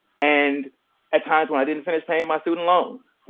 and at times when i didn't finish paying my student loans,